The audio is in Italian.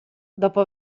dopo